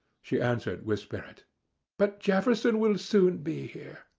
she answered, with spirit but jefferson will soon be here.